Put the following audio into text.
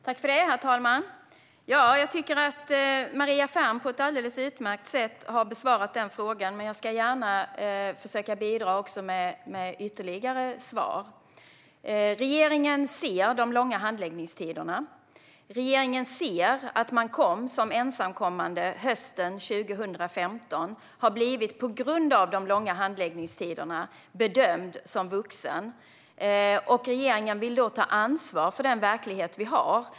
Herr talman! Jag tycker att Maria Ferm har besvarat den frågan på ett alldeles utmärkt sätt, men jag ska gärna försöka bidra med ytterligare svar. Regeringen ser de långa handläggningstiderna. Regeringen ser att man kom som ensamkommande hösten 2015. På grund av de långa handläggningstiderna har man blivit bedömd som vuxen. Regeringen vill då ta ansvar för den verklighet vi har.